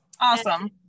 Awesome